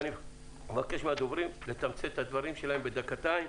מבקש מהדוברים לתמצת את הדברים שלהם לדקתיים.